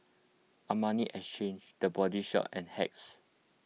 Armani Exchange the Body Shop and Hacks